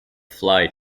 fly